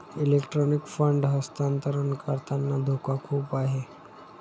electronic fund हस्तांतरण करताना धोका खूप आहे